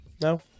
No